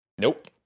Nope